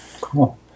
Cool